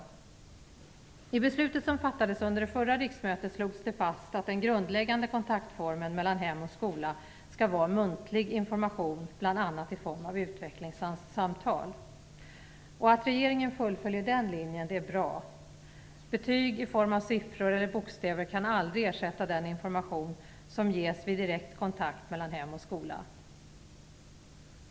I det beslut som fattades under det förra riksmötet slogs det fast att den grundläggande kontaktformen mellan hem och skola skall vara muntlig information, bl.a. i form av utvecklingssamtal. Det är bra att regeringen fullföljer den linjen. Betyg i form av siffror eller bokstäver kan aldrig ersätta den information som ges vid direkt kontakt mellan hem och skola.